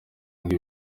ngo